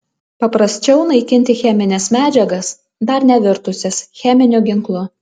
paprasčiau naikinti chemines medžiagas dar nevirtusias cheminiu ginklu